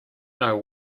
know